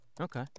Okay